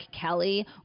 Kelly